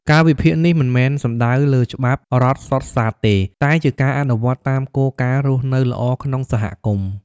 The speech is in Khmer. ការវិភាគនេះមិនមែនសំដៅលើច្បាប់រដ្ឋសុទ្ធសាធទេ តែជាការអនុវត្តតាមគោលការណ៍រស់នៅល្អក្នុងសហគមន៍។